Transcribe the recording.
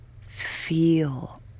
Feel